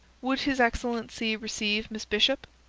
would his excellency receive miss bishop?